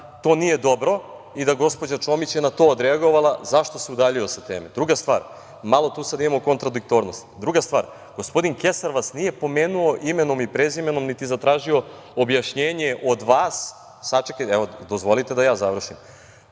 to nije dobro i da gospođa Čomić je na to odreagovala za što se udaljio od teme. Druga stvar, malo tu sada imamo kontradiktornost. Druga stvar, gospodin Kesar vas nije pomenuo imenom i prezimenom niti zatražio objašnjenje od vas, zatražio od vas bilo kakav